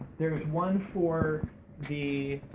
there's one for the,